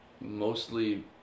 mostly